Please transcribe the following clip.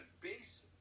base